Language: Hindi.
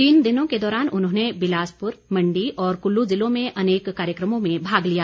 तीन दिनों के दौरान उन्होंने बिलासपुर मंडी और कुल्लू जिलों में अनेक कार्यक्रमों में भाग लिया